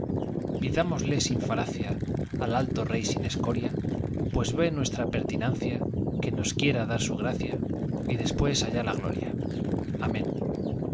pidámosle sin falacia al alto rey sin escoria pues ve nuestra pertinacia que nos quiera dar su gracia y después allá la gloria amén